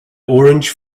orange